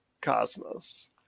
cosmos